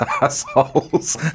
assholes